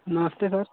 नमस्ते सर